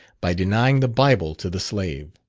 by denying the bible to the slave!